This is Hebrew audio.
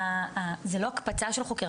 זה לא הקפצה של חוקר,